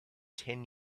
ten